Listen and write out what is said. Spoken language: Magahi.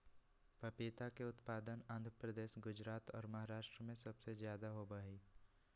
पपीता के उत्पादन आंध्र प्रदेश, गुजरात और महाराष्ट्र में सबसे ज्यादा होबा हई